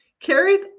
Carrie's